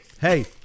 Hey